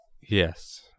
Yes